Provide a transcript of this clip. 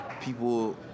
people